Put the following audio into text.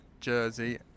jersey